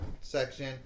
section